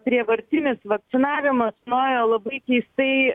prievartinis vakcinavimas nuėjo labai keistai